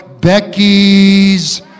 Becky's